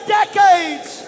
decades